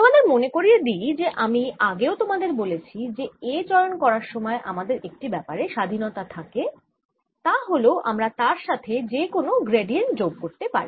তোমাদের মনে করিয়ে দিই যে আমি আগেও তোমাদের বলেছি যে A চয়ন করার সময় আমাদের একটি ব্যাপারে স্বাধীনতা থাকে তা হল আমরা তার সাথে যে কোন গ্র্যাডিয়েন্ট যোগ করতে পারি